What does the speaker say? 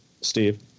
Steve